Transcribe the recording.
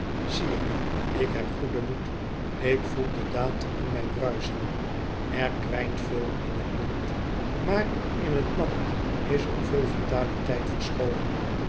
sire ik heb goeden moed ik voel den daad in mij bruisen er kwijnt veel in het land maar in het land is ook veel vitaliteit verscholen